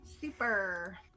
Super